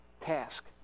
task